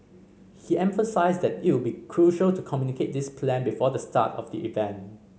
he emphasised that it would be crucial to communicate this plan before the start of the event